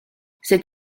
cet